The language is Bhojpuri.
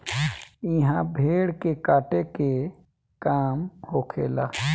इहा भेड़ के काटे के काम होखेला